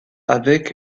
avec